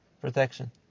protection